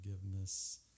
forgiveness